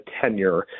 tenure